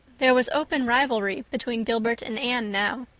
there was open rivalry between gilbert and anne now.